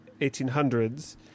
1800s